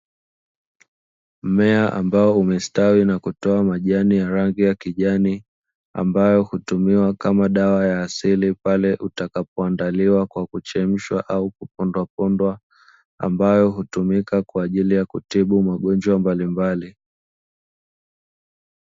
Mmea ambao umestawi na kutoa majani ya rangi ya kijani, ambayo hutumiwa kama dawa ya asili pale utakapoandaliwa kwa kuchemshwa au kupondwapondwa, ambayo hutumika kwa ajili ya kutibu magonjwa mbalimbali.